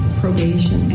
probation